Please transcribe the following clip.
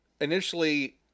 initially